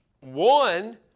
one